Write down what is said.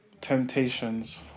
Temptations